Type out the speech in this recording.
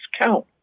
count